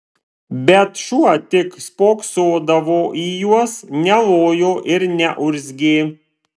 bet šuo tik spoksodavo į juos nelojo ir neurzgė